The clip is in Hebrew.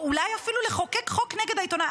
או אולי אפילו לחוקק חוק נגד העיתונאי?